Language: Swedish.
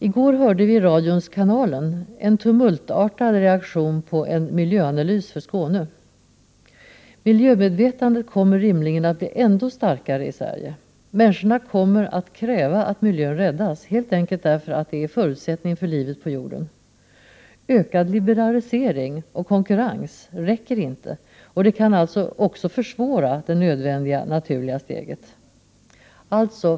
I går hörde vi i radions Kanalen en tumultartad reaktion på en miljöanalys för Skåne. Miljömedvetandet kommer rimligen att bli ändå starkare i Sverige. Människorna kommer att kräva att miljön räddas — helt enkelt därför att det är förutsättningen för livet på jorden. Ökad liberalisering och konkurrens räcker inte. Det kan alltså även försvåra det nödvändiga, naturliga steget.